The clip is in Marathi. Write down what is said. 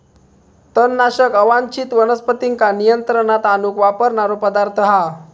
तणनाशक अवांच्छित वनस्पतींका नियंत्रणात आणूक वापरणारो पदार्थ हा